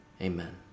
amen